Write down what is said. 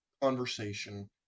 conversation